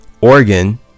organ